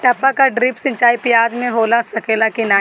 टपक या ड्रिप सिंचाई प्याज में हो सकेला की नाही?